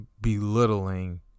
belittling